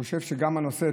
אני חושב שגם הנושא,